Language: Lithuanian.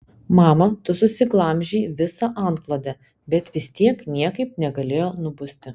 mama tu susiglemžei visą antklodę bet vis tiek niekaip negalėjo nubusti